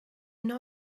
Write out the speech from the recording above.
know